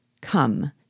Come